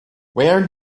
where